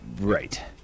Right